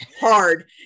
hard